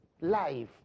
life